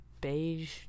beige